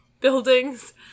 buildings